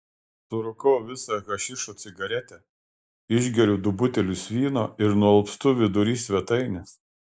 surūkau visą hašišo cigaretę išgeriu du butelius vyno ir nualpstu vidury svetainės